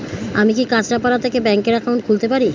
আমি কি কাছরাপাড়া থেকে ব্যাংকের একাউন্ট খুলতে পারি?